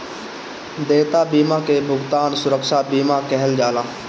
देयता बीमा के भुगतान सुरक्षा बीमा कहल जाला